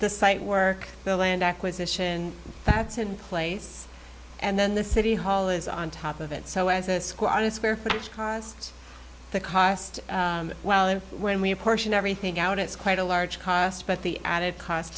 the site work the land acquisition that's in place and then the city hall is on top of it so as a school on a square footage costs the cost when we apportion everything out it's quite a large cost but the added cost